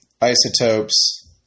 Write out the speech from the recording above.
Isotopes